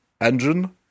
engine